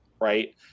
right